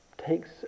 takes